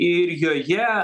ir joje